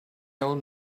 own